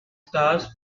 stars